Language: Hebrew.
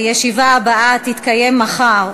הישיבה הבאה תתקיים מחר,